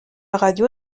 radio